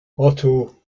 auto